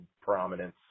prominence